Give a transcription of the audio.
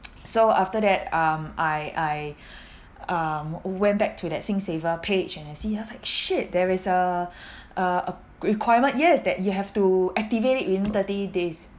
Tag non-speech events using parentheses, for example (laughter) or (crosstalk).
(noise) so after that um I I (breath) um went back to that SingSaver page and I see I was like shit there is a (breath) a a requirement yes that you have to activate it within thirty days